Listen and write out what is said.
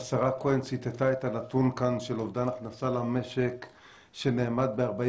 השרה כהן ציטטה את הנתון של אובדן הכנסה למשק שנאמד ב-40